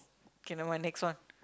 K nevermind next one